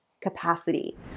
capacity